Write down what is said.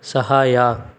ಸಹಾಯ